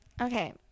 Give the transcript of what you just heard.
okay